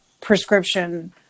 prescription